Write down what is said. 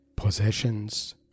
possessions